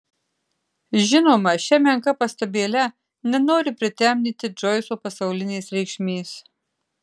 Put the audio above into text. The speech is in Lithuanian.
žinoma šia menka pastabėle nenoriu pritemdyti džoiso pasaulinės reikšmės